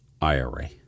IRA